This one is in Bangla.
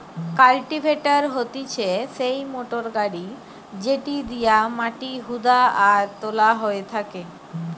কাল্টিভেটর হতিছে সেই মোটর গাড়ি যেটি দিয়া মাটি হুদা আর তোলা হয় থাকে